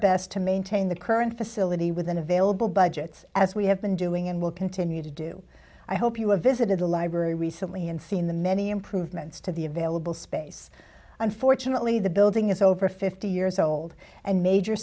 best to maintain the current facility within available budgets as we have been doing and will continue to do i hope you have visited the library recently and seen the many improvements to the available space unfortunately the building is over fifty years old and major